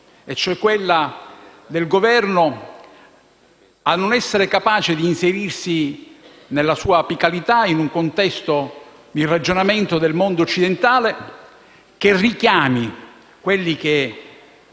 e cioè quella che il Governo non sia capace di inserirsi, nella sua apicalità, in un contesto di ragionamento del mondo occidentale, che richiami quelli che